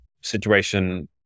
situation